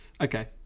okay